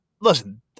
listen